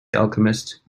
alchemist